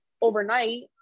overnight